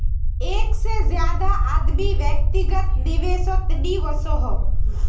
एक से ज्यादा आदमी व्यक्तिगत निवेसोत नि वोसोह